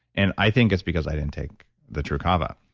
and i think it's because i didn't take the tru kava.